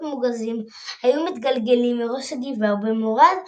מוגזים היו מתגלגלים מראש הגבעה ובמורד הרחוב.